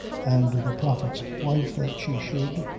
and the prophet's wife, that she should,